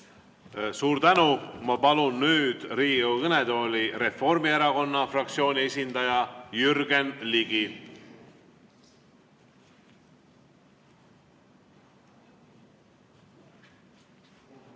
Suur tänu! Ma palun nüüd Riigikogu kõnetooli Reformierakonna fraktsiooni esindaja Jürgen Ligi.